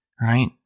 right